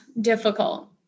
difficult